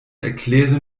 erkläre